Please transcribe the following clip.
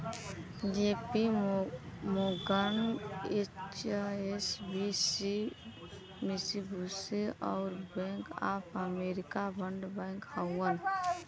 JP Morgan, HSBC, Mitsubishi, अउर bank of America बड़ bank हउवन